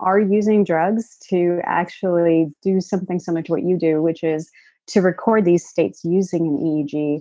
are using drugs to actually do something so much what you do, which is to record these states using an eeg